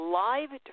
live